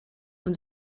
und